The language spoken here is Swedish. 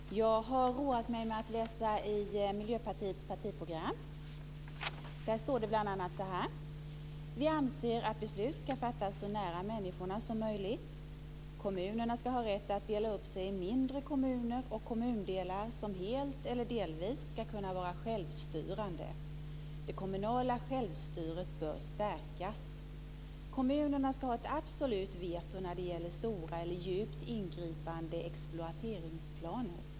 Herr talman! Jag har roat mig med att läsa i Miljöpartiets partiprogram. Där står det bl.a. så här: Vi anser att beslut ska fattas så nära människorna som möjligt. Kommunerna ska ha rätt att dela upp sig i mindre kommuner och kommundelar som helt eller delvis ska kunna vara självstyrande. Det kommunala självstyret bör stärkas. Kommunerna ska ha ett absolut veto när det gäller stora eller djupt ingripande exploateringsplaner.